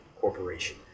Corporation